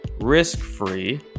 risk-free